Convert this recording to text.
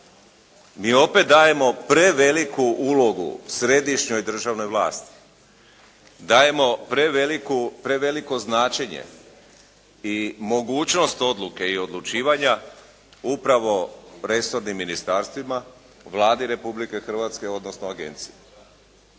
Mi opet dajemo preveliku ulogu središnjoj državnoj vlasti. Dajemo preveliko značenje i mogućnost odluke i odlučivanja, upravo presudnim ministarstvima, Vladi Republike Hrvatske, odnosno agenciji.